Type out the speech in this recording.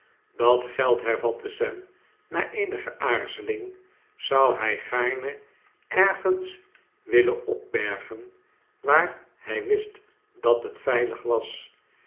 dat geld hervatte sam na eenige aarzeling zou hij gaarne ergens willen opbergen waar hij wist dat het veilig was